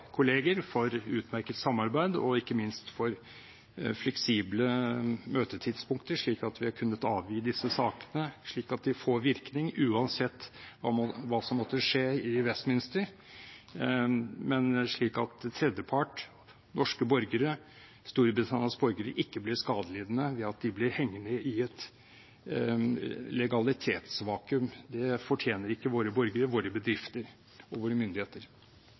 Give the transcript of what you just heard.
for utmerket samarbeid, og ikke minst for fleksible møtetidspunkter, slik at vi har kunnet avgi disse sakene, så de får virkning uansett hva som måtte skje i Westminster – men slik at tredjepart, norske borgere, Storbritannias borgere, ikke blir skadelidende ved at de blir hengende i et legalitetsvakuum. Det fortjener ikke våre borgere, våre bedrifter og våre myndigheter.